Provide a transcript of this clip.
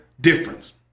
difference